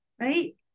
Right